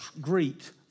greet